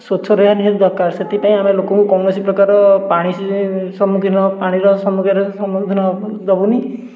ସ୍ୱଚ୍ଛ ରହିବା ନିହାତି ଦରକାର ସେଥିପାଇଁ ଆମେ ଲୋକକୁ କୌଣସି ପ୍ରକାର ପାଣି ସ ସମ୍ମୁଖୀନ ପାଣିର ସମ୍ମୁଖୀନ ସମ୍ମୁଖୀନ ହେବାକୁ ଦେବୁନି